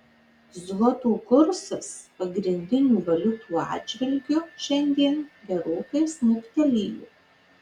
zloto kursas pagrindinių valiutų atžvilgiu šiandien gerokai smuktelėjo